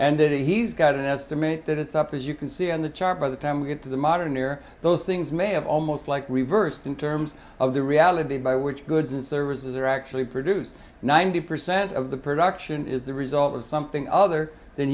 and then he's got an estimate that it's up as you can see on the chart by the time we get to the modern ear those things may have almost like reversed in terms of the reality by which goods and services are actually produced ninety percent of the production is the result of something other than